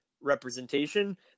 representation